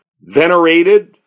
venerated